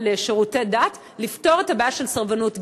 לשירותי דת לפתרון הבעיה של סרבנות גט?